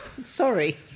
sorry